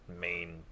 main